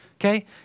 Okay